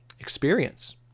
experience